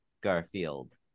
Garfield